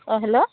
অঁ হেল্ল'